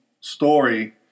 story